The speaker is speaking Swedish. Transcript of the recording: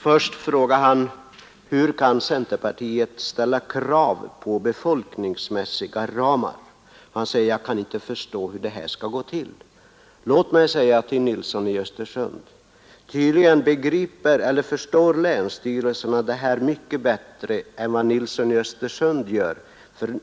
Herr Nilsson undrar hur centerpartiet kan framföra krav på befolkningsmässiga ramar. Han kan inte förstå hur det skall gå till att fastställa sådana ramar. Ja, tydligen förstår länsstyrelserna den saken mycket bättre än herr Nilsson.